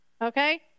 Okay